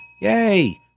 Yay